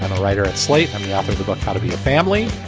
a writer at slate and the author of the book how to be a family.